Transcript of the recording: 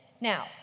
Now